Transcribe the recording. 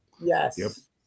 Yes